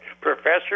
professor